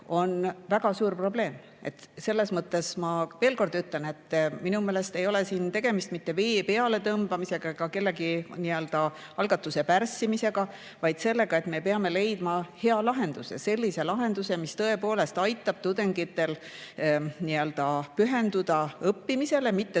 on väga suur probleem. Ent ma veel kord ütlen, et minu meelest ei ole siin tegemist mitte vee peale tõmbamisega ega kellegi algatuse pärssimisega, vaid sellega, et me peame leidma hea lahenduse. Sellise lahenduse, mis tõepoolest aitab tudengitel pühenduda õppimisele, mitte